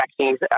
vaccines